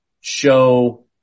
show